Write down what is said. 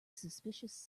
suspicious